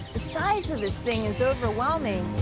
the size of this thing is overwhelming.